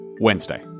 Wednesday